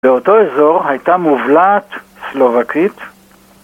באותו אזור הייתה מובלעת סלובקית